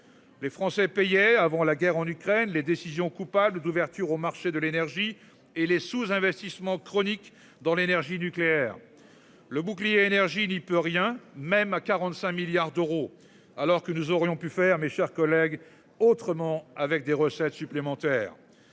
Les Français payait avant la guerre en Ukraine, les décisions coupable d'ouverture au marché de l'énergie et les sous-investissement chronique dans l'énergie nucléaire. Le bouclier énergie n'y peut rien. Même à 45 milliards d'euros alors que nous aurions pu faire mes chers collègues. Autrement, avec des recettes supplémentaires.